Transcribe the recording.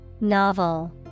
Novel